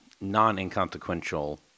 non-inconsequential